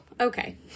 Okay